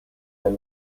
نایل